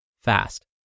fast